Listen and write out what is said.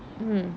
mm